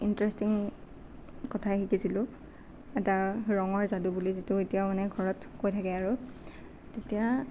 interesting কথা শিকিছিলোঁ এটা ৰঙৰ যাদু বুলি যিটো এতিয়াও মানে ঘৰত কৈ থাকে আৰু তেতিয়া